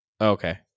Okay